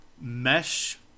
mesh